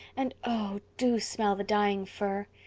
and oh, do smell the dying fir!